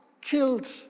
killed